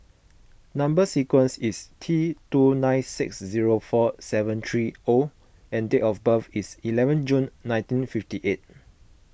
Number Sequence is T two nine six zero four seven three O and date of birth is eleven June nineteen fifty eight